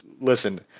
Listen